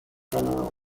criminal